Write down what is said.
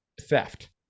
theft